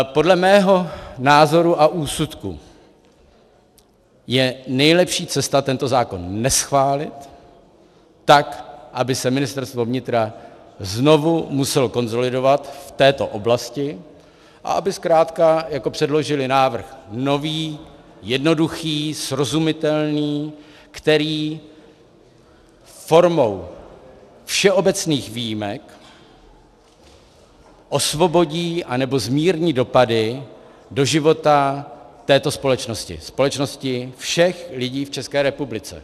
Podle mého názoru a úsudku je nejlepší cesta tento zákon neschválit, tak aby se Ministerstvo vnitra znovu muselo konsolidovat v této oblasti a aby zkrátka předložili návrh nový, jednoduchý, srozumitelný, který formou všeobecných výjimek osvobodí anebo zmírní dopady do života této společnosti, společnosti všech lidí v České republice.